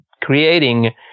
creating